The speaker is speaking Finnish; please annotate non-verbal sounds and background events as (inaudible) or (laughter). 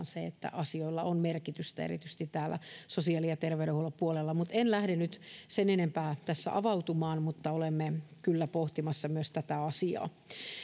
(unintelligible) se että asioilla on merkitystä erityisesti täällä sosiaali ja terveydenhuollon puolella en lähde nyt sen enempää tässä avautumaan mutta olemme kyllä pohtimassa myös tätä asiaa